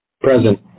Present